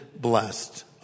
blessed